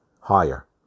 higher